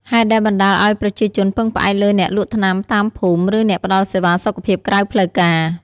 ហេតុដែលបណ្ដាលឱ្យប្រជាជនពឹងផ្អែកលើអ្នកលក់ថ្នាំតាមភូមិ ឬអ្នកផ្ដល់សេវាសុខភាពក្រៅផ្លូវការ។